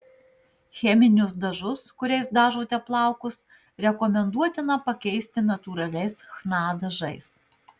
cheminius dažus kuriais dažote plaukus rekomenduotina pakeisti natūraliais chna dažais